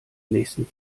nächsten